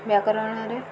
ବ୍ୟାକରଣରେ